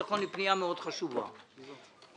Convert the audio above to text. חשובה מאוד של משרד הביטחון.